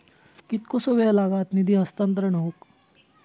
कितकोसो वेळ लागत निधी हस्तांतरण हौक?